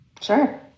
Sure